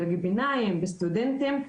דרג ביניים וסטודנטים,